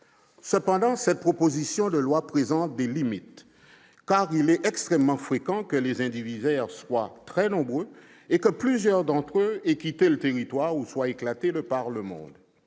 Cependant cette proposition de loi présente des limites, car il est extrêmement fréquent que les indivisaires soient très nombreux et que plusieurs d'entre eux aient quitté le territoire et que les familles soient éclatées de par le monde.